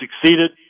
succeeded